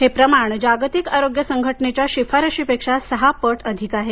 हे प्रमाण जागतिक आरोग्य संघटनेच्या शिफारशीपेक्षा सहा पट अधिक आहे